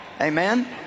Amen